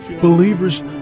Believers